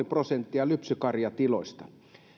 prosenttia lypsykarjatiloista